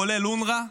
כולל אונר"א.